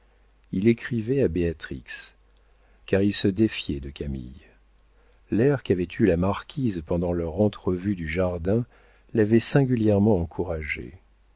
il écrivait à béatrix car il se défiait de camille l'air qu'avait eu la marquise pendant leur entrevue au jardin l'avait singulièrement encouragé